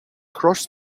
cross